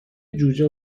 جوجه